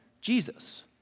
Jesus